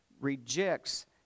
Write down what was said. rejects